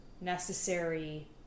Necessary